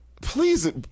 Please